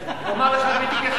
אומר לך בדיוק איך הקשר.